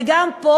וגם פה,